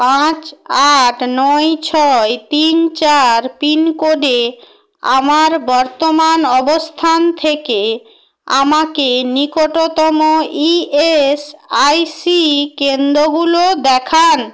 পাঁচ আট নয় ছয় তিন চার পিনকোডে আমার বর্তমান অবস্থান থেকে আমাকে নিকটতম ই এস আই সি কেন্দ্রগুলো দেখান